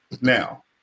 now